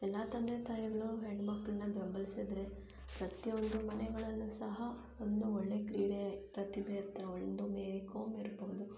ಎಲ್ಲ ತಂದೆ ತಾಯಿಗಳು ಹೆಣ್ಮಕ್ಕಳನ್ನ ಬೆಂಬಲಿಸಿದರೆ ಪ್ರತಿಯೊಂದು ಮನೆಗಳಲ್ಲೂ ಸಹ ಒಂದು ಒಳ್ಳೆ ಕ್ರೀಡೆ ಪ್ರತಿಭೆ ಇರ್ತಾರೆ ಒಂದು ಮೇರಿ ಕೋಮ್ ಇರ್ಬೋದು